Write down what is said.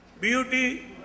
Beauty